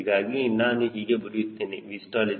ಹೀಗಾಗಿ ನಾನು ಹೀಗೆ ಬರೆಯುತ್ತೇನೆ Vstall21009